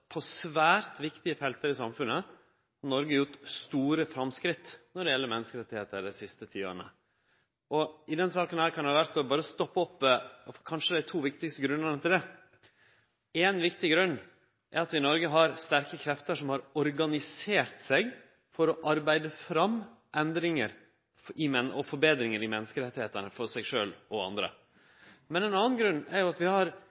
på svært viktige felt i samfunnet har Noreg gjort store framsteg når det gjeld menneskerettar dei siste tiåra. I denne saka kan det være verd å berre stoppe ved kanskje dei to viktigaste grunnane til det. Éin viktig grunn er at vi i Noreg har sterke krefter som har organisert seg for å arbeide fram endringar og forbetringar i menneskerettane, for seg sjølv og andre. Men ein annan grunn er at vi har